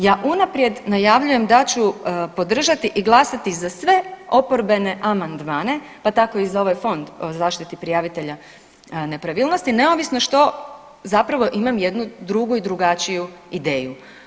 Ja unaprijed najavljujem da ću podržati i glasati za sve oporbene amandmane pa tako i za ovaj fond o zaštiti prijavitelja nepravilnosti neovisno što zapravo imam jednu drugu i drugačiju ideju.